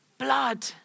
blood